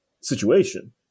situation